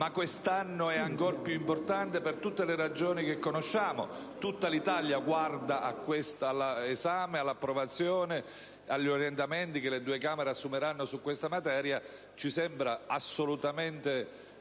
ma quest'anno è ancor più importante per tutte le ragioni che conosciamo (tutta l'Italia guarda al suo esame, all'approvazione e agli orientamenti che le due Camere assumeranno su questa materia), sono più urgenti